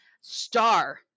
star